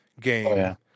game